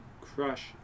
crush